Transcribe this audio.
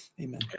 Amen